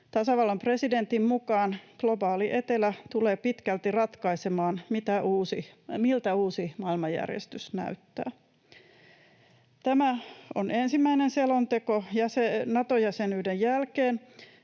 Tasavallan presidentin mukaan globaali etelä tulee pitkälti ratkaisemaan, miltä uusi maailmanjärjestys näyttää. Tämä on ensimmäinen selonteko Nato-jäsenyyden jälkeen,